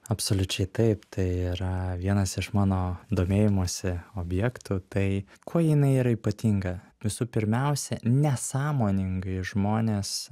absoliučiai taip tai yra vienas iš mano domėjimosi objektų tai kuo jinai yra ypatinga visų pirmiausia nesąmoningai žmonės